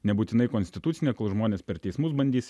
nebūtinai konstitucinė kol žmonės per teismus bandys